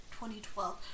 2012